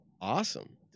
Awesome